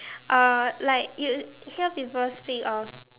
uh like you hear people speak of